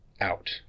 out